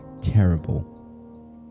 terrible